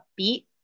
upbeat